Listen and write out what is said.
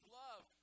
love